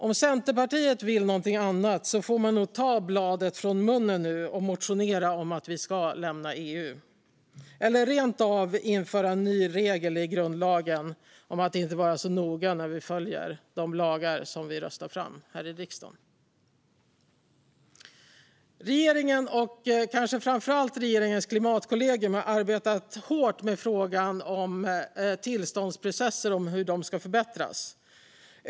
Om Centerpartiet vill någonting annat får man nog ta bladet från munnen nu och motionera om att vi ska lämna EU, eller rent av införa en ny regel i grundlagen om att vi inte ska vara så noga när vi följer de lagar som vi röstar fram här i riksdagen. Regeringen och kanske framför allt regeringens klimatkollegium har arbetat hårt med frågan om hur tillståndsprocesser ska förbättras.